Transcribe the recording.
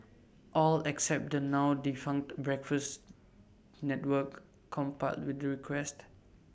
all except the now defunct breakfast network complied with the request